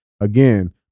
Again